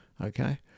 okay